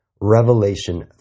Revelation